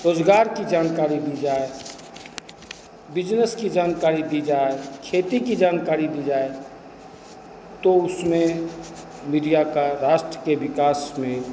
रोज़गार की जानकारी दी जाए बिजनेस की जानकारी दी जाए खेती की जानकारी दी जाए तो उसमें मीडिया का राष्ट्र के विकास में